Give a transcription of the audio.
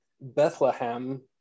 bethlehem